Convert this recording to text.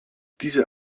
diese